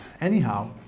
anyhow